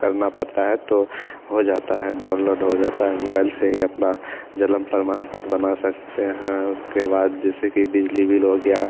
करना पड़ता है तो हो जाता है डाउनलोड हो जाता है मोबाइल से ही अपना जन्म प्रमाण पत्र बना सकते हैं उसके बाद जैसे कि बिजली बिल हो गिया